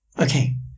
Okay